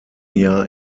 jahr